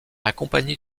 accompagné